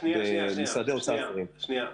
שנייה,